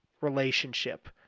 relationship